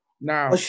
Now